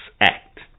act